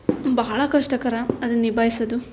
ಬಹಳ ಕಷ್ಟಕರ ಅದು ನಿಭಾಯಿಸೋದು